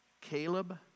caleb